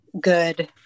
good